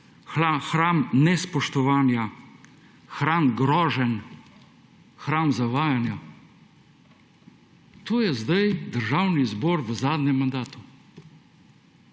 hram nespoštovanja, hram groženj, hram zavajanja. To je zdaj Državni zbor v zadnjem mandatu.